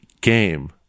game